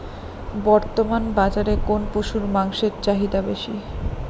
বর্তমান বাজারে কোন পশুর মাংসের চাহিদা বেশি?